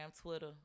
Twitter